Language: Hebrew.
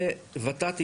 משמעותית.